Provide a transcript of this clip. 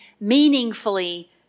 meaningfully